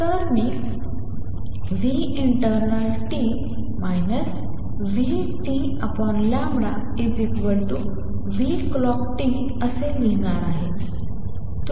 तर मी internalt vt clockt लिहिणार आहे